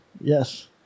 yes